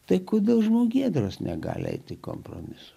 tai kodėl žmogėdros negali eiti kompromisų